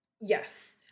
yes